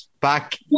back